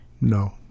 No